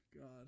God